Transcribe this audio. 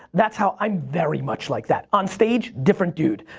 that's how, i'm very much like that. on stage, different dude.